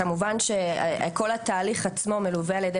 כמובן שכל התהליך עצמו מלווה על ידי